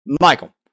Michael